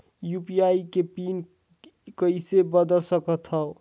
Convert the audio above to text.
UPI के PIN कइसे बदल सकथव?